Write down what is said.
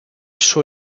suo